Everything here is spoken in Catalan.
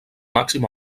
màxim